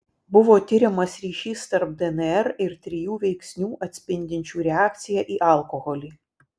buvo tiriamas ryšys tarp dnr ir trijų veiksnių atspindinčių reakciją į alkoholį